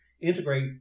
integrate